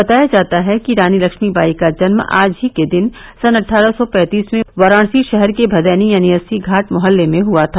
बताया जाता है कि रानी लक्ष्मीबाई का जन्म आज ही के दिन सन् अट्ठारह सौ पैंतीस में वाराणसी शहर के भदैनी यानी अस्सी घाट मोहल्ले में हुआ था